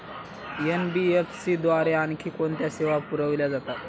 NBFC द्वारे आणखी कोणत्या सेवा पुरविल्या जातात?